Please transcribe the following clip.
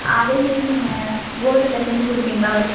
அதேமாரி நீங்கள் கோல்டில் செஞ்சு கொடுப்பீங்களா ஒரு